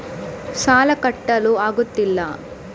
ಸಾಲ ಕಟ್ಟಲು ಆಗುತ್ತಿಲ್ಲ